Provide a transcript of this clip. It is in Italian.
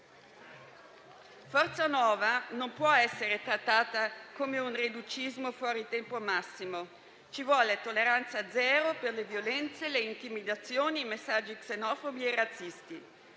Forza Nuova non può essere trattata come un reducismo fuori tempo massimo; ci vuole tolleranza zero per le violenze, le intimidazioni, i messaggi xenofobi e razzisti.